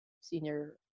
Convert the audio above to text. senior